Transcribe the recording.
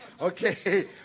Okay